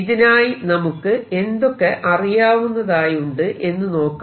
ഇതിനായി നമുക്ക് എന്തൊക്കെ അറിയാവുന്നതായുണ്ട് എന്ന് നോക്കാം